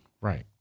Right